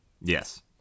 Yes